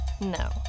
No